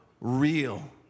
real